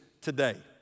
today